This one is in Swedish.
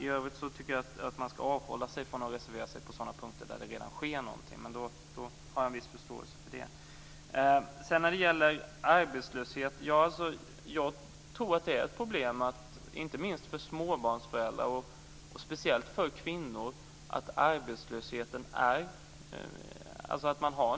I övrigt tycker jag att man ska avhålla sig från att reservera sig på punkter där det redan sker någonting, men jag har en viss förståelse för detta. Det är ett problem inte minst för småbarnsföräldrar och speciellt för kvinnor att arbetslösheten är